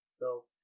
so-